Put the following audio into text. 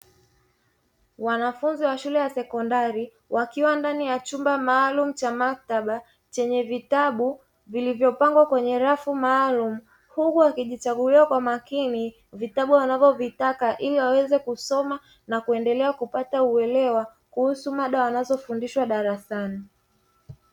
Wanafunzi wa shule ya sekondari wakiwa ndani ya chumba maalumu cha maktaba: chenye vitabu vilivyopangwa kwenye rafu maalumu, huku wakijichagulia kwa makini vitabu wanavyotaka ili waweze kusoma na kuendelea kupata uelewa kuhusu maada wanazofundishwa darasani.